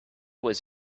was